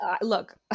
look